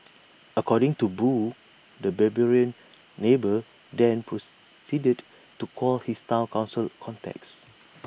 according to boo the 'barbarian neighbour' then proceeded to call his Town Council contacts